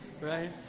Right